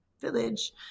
village